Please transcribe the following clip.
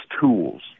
tools